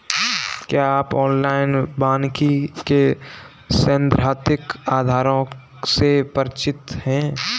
क्या आप एनालॉग वानिकी के सैद्धांतिक आधारों से परिचित हैं?